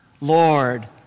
Lord